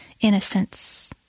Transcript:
innocence